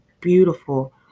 beautiful